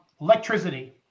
electricity